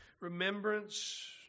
remembrance